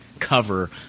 cover